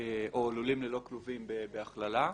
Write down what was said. או לולים ללא כלובים בהכללה.